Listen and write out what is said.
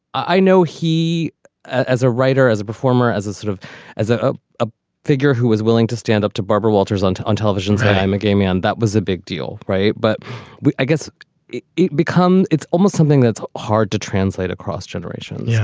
i know he as a writer, as a performer, as a sort of as a a a figure who was willing to stand up to barbara walters on on television saying, i'm a gay man that was a big deal. right. but i guess it it becomes it's almost something that's hard to translate across generations. yeah